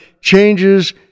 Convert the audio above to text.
Changes